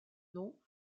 nom